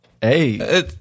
Hey